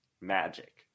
magic